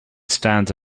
stands